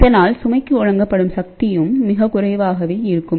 அதனால் சுமைக்கு வழங்கப்படும் சக்தியும் மிகக் குறைவாகவே இருக்கும்